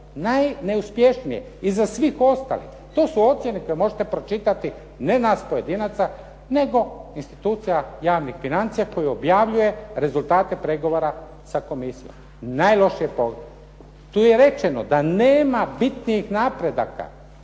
Najneuspješnije, iza svih ostalih. To su ocjene koje možete pročitati, ne nas pojedinaca, nego institucija javnih financija koji objavljuje rezultate pregovora sa komisijom. Najlošije poglavlje. Tu je rečeno da nema bitnih napredaka.